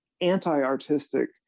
anti-artistic